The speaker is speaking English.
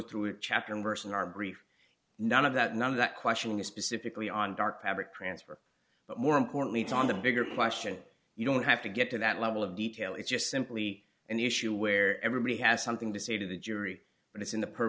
through a chapter and verse in our brief none of that none of that question is specifically on dark private transfer but more importantly it's on the bigger question you don't have to get to that level of detail it's just simply an issue where everybody has something to say to the jury but it's in the p